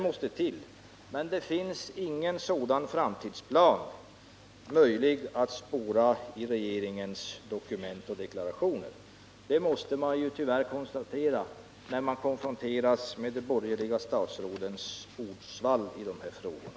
Men det finns ingen sådan framtidsplan möjlig att spåra i regeringens dokument och deklarationer. Det måste man tyvärr konstatera när man konfronteras med de borgerliga.-statsrådens ordsvall i de här frågorna.